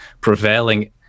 prevailing